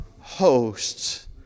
hosts